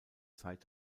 zeit